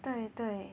对对